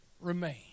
remain